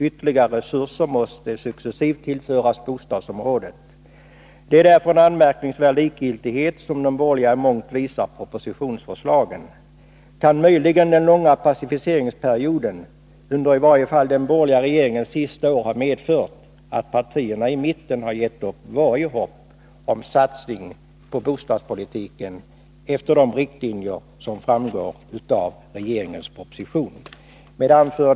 Ytterligare resurser måste successivt tillföras bostadsområdet. Det är därför en anmärkningsvärd likgiltighet som de borgerliga i mångt och mycket visar propositionsförslagen. Kan möjligen den långa passiviseringsperioden under i varje fall den borgerliga regeringens sista år ha medfört att partierna i mitten givit upp varje hopp om en satsning på bostadspolitiken enligt riktlinjerna i regeringens proposition. Herr talman!